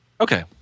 Okay